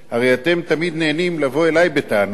הרי אתם תמיד נהנים לבוא אלי בטענות